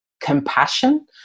compassion